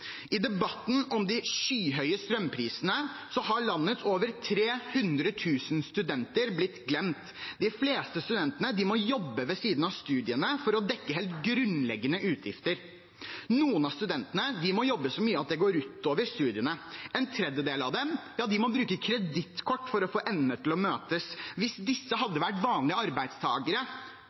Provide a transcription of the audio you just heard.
I debatten om de skyhøye strømprisene har landets over 300 000 studenter blitt glemt. De fleste studentene må jobbe ved siden av studiene for å dekke helt grunnleggende utgifter. Noen av studentene må jobbe så mye at det gå ut over studiene. En tredjedel av dem må bruke kredittkort for å få endene til å møtes. Hvis disse hadde vært vanlige